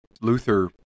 Luther